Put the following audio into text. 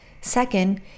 Second